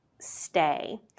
stay